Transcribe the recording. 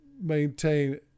maintain